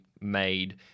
made